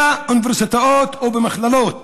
באוניברסיטאות או במכללות